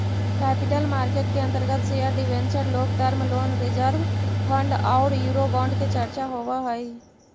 capital market के अंतर्गत share debenture long term loan reserve fund औउर यूरोबोंड के चर्चा होवऽ हई